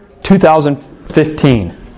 2015